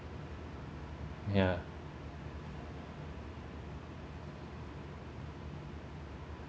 ya